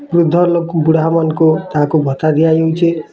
ବୃଦ୍ଧ ଲୋକ ବୁଢ଼ାମାନଙ୍କୁ ତାହାକୁ ଭତ୍ତା ଦିଆ ଯାଉଛେ